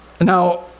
Now